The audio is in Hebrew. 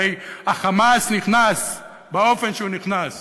הרי ה"חמאס" נכנס באופן שהוא נכנס